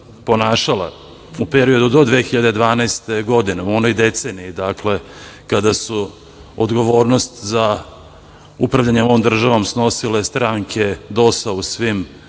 ponašala u periodu do 2012. godine u onoj deceniji, kada su odgovornost za upravljanje ovom državom snosile stranke DOS-a u svim